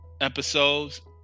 episodes